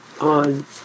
on